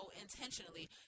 intentionally